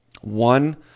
one